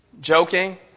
Joking